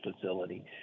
facility